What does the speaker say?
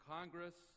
Congress